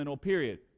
period